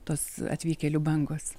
tos atvykėlių bangos